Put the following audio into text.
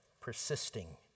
persisting